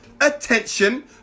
attention